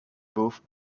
both